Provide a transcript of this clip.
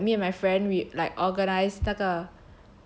me and like me and my friend we like organise 那的